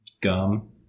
gum